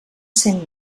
cent